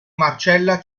marcella